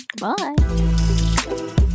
Bye